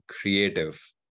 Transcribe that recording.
creative